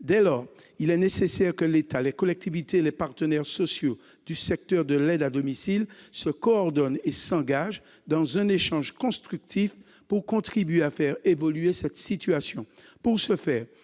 Dès lors, il est nécessaire que l'État, les collectivités locales et les partenaires sociaux du secteur de l'aide à domicile se coordonnent et s'engagent dans un échange constructif pour contribuer à faire évoluer cette situation. Pour ce faire,